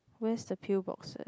where's the pill boxes